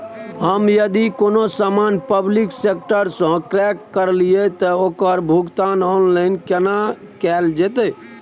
हम यदि कोनो सामान पब्लिक सेक्टर सं क्रय करलिए त ओकर भुगतान ऑनलाइन केना कैल जेतै?